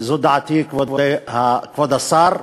וזו דעתי, כבוד השר,